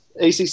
ACC